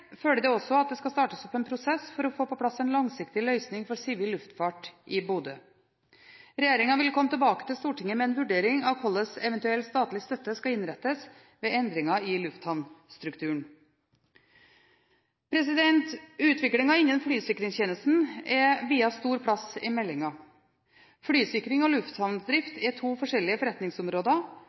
følger det også at det skal startes opp en prosess for å få på plass en langsiktig løsning for sivil luftfart i Bodø. Regjeringen vil komme tilbake til Stortinget med en vurdering av hvordan eventuell statlig støtte skal innrettes ved endringer i lufthavnstrukturen. Utviklingen innen flysikringstjenesten er viet stor plass i meldingen. Flysikring og lufthavnsdrift er to forskjellige forretningsområder,